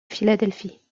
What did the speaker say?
philadelphie